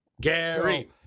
Gary